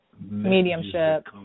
mediumship